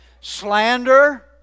Slander